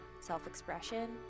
self-expression